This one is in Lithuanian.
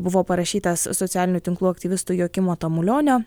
buvo parašytas socialinių tinklų aktyvisto jokimo tamulionio